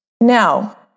Now